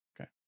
Okay